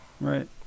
Right